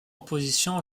opposition